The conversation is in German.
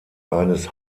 eines